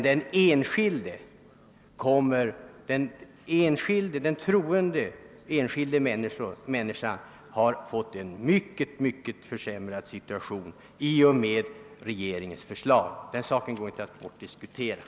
Den enskilda troende människan har fått en kraftigt försämrad situation i och med regeringens förslag. Den saken går inte att bortförklara.